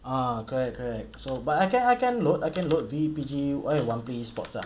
ah correct correct so but I can I can load I can load V_P_G one and one play E sports lah